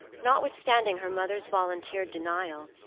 notwithstanding her mother's volunteered denial,